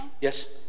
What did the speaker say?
Yes